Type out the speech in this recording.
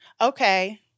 Okay